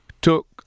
took